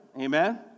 Amen